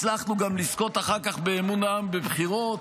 הצלחנו גם לזכות אחר כך באמון העם בבחירות,